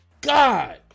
God